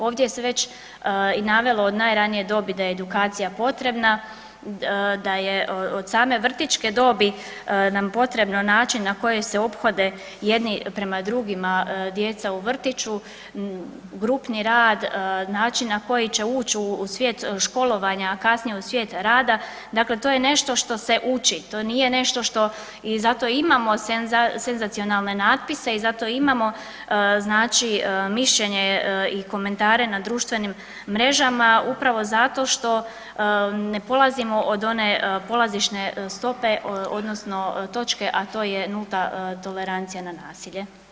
Ovdje se već i navelo od najranije dobi da je edukacija potrebna, da je od same vrtićke dobi nam je potreban način na koji se ophode jedni prema drugima djeca u vrtiću, grupni rad, način na koji će uć u svijet školovanja, a kasnije u svijet rada, dakle to je nešto što se uči, to nije nešto što i zato imamo senzacionalne natpise i zato imamo znači mišljenje i komentare na društvenim mrežama upravo zato što ne polazimo od one polazišne stope odnosno točke, a to je nulta tolerancija na nasilje.